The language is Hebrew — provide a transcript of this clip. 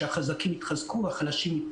שהחזקים יתחזקו והחלשים ייחלשו.